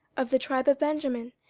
of the tribe of benjamin,